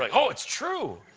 like oh, it's true?